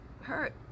hurt